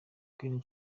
queen